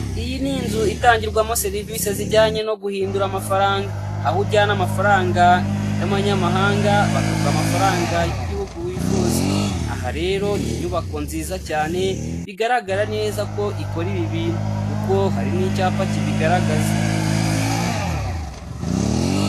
Iyi ni inzu itangirwamo serivisi zijyanye no guhindura amafaranga, aho ujyana amafaranga y'amanyamahanga bakaguha amafaranga y'igihugu wifuza, aha rero ni inyubako nziza cyane bigaragara neza ko ikora ibi bintu kuko hari n'icyapa kibigaragaza.